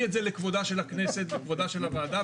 את זה לכבודה של הכנסת ולכבודה של הוועדה.